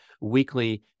weekly